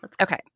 Okay